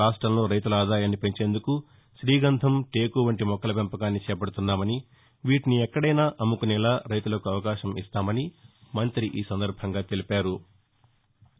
రాష్టంలో రైతుల ఆదాయాన్ని పెంచేందుకు శ్రీగంధం టేకు వంటి మొక్కల పెంపకాన్ని చేపడుతున్నామని వీటిని ఎక్కదైనా అమ్ముకునేలా రైతులకు అవకాశం ఇస్తామని మంఁతి తెలిపారు